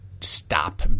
stop